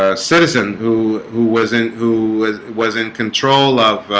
ah citizen who who wasn't who was in control of